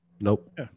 Nope